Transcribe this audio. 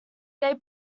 they